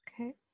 Okay